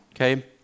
Okay